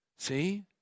See